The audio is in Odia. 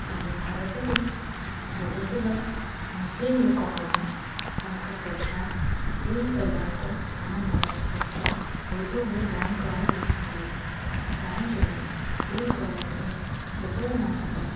ଆମ ଭାରତରେ ରହୁଥିବା ମୁସଲିମ ଲୋକମାନେ ତାଙ୍କ ପ୍ରଥା ତିନ ତଲାଖକୁ ଆମ ଭାରତ ସରକାର ବୋଧହୁଏ ବନ୍ଦ କରାଇ ଦେଇଛନ୍ତି କାହିଁକି ନା ତିନ ତଲାଖରେ କେବଳ ମାତ୍ର